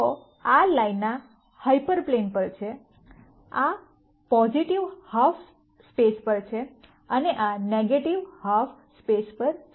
તો આ લાઇનના હાયપરપ્લેન પર છે આ પોઝિટિવ હાલ્ફ સ્પેસ પર છે અને આ નેગેટિવ હાલ્ફ સ્પેસ પર છે